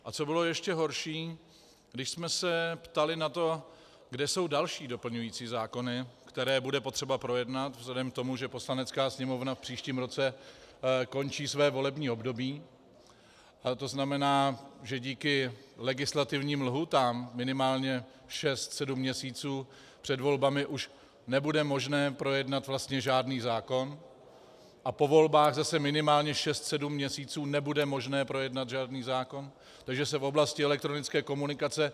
A co bylo ještě horší, když jsme se ptali na to, kde jsou další doplňující zákony, které bude potřeba projednat vzhledem k tomu, že Poslanecká sněmovna v příštím roce končí své volební období, to znamená, že díky legislativním lhůtám minimálně šest, sedm měsíců před volbami už nebude možné projednat vlastně žádný zákon a po volbách zase minimálně šest, sedm měsíců nebude možné projednat žádný zákon, takže se v oblasti elektronické komunikace...